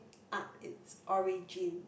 up it's origin